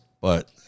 But-